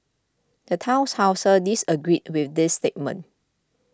the town disagreed with the statement